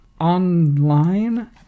online